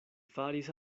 faris